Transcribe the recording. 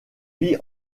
vit